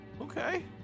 Okay